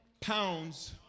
pounds